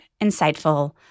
insightful